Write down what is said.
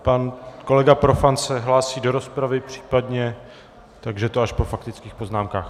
Pan kolega Profant se hlásí do rozpravy, případně, takže to až po faktických poznámkách.